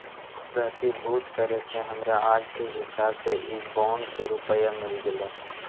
प्रतिभूति करे से हमरा आज के हिसाब से इ बॉन्ड के रुपया मिल गेलइ